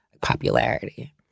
popularity